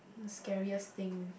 scariest thing